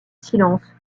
silence